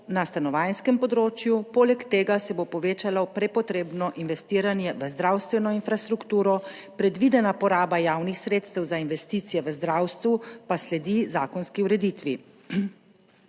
na stanovanjskem področju, poleg tega se bo povečalo prepotrebno investiranje v zdravstveno infrastrukturo, predvidena poraba javnih sredstev za investicije v zdravstvu pa sledi zakonski ureditvi.